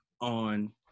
on